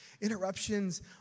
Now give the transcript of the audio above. Interruptions